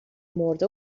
مرده